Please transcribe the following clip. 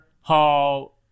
Hall